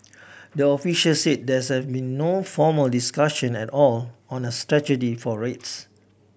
the officials said there's been no formal discussion at all on a strategy for rates